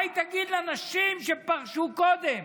מה היא תגיד לנשים שפרשו קודם?